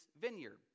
vineyard